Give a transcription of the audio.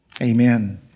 amen